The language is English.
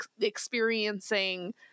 experiencing